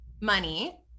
money